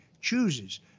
chooses